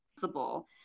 possible